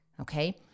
okay